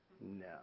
No